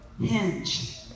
hinge